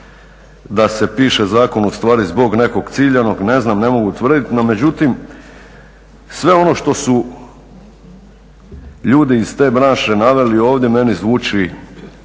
da se piše zakon ustvari zbog nekog ciljanog, ne znam ne mogu tvrditi. No međutim sve ono što su ljudi iz te branše naveli ovdje meni zvuči